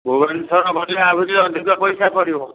ଭୁବନେଶ୍ୱର ଆହୁରି ଅଧିକ ପଇସା ପଡ଼ିବ